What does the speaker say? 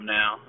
now